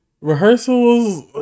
Rehearsals